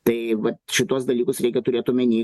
tai vat šituos dalykus reikia turėt omeny